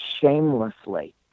shamelessly